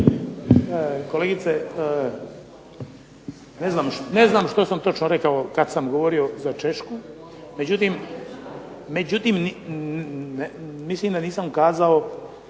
Kolegice ne znam što sam točno rekao kad sam govorio za Češku, međutim mislim da nisam kazao